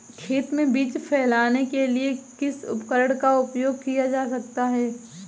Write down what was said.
खेत में बीज फैलाने के लिए किस उपकरण का उपयोग किया जा सकता है?